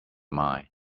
mind